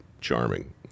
charming